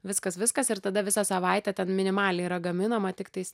viskas viskas ir tada visą savaitę ten minimaliai yra gaminama tiktais